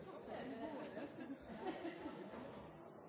Så sjokket må på en